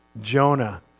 Jonah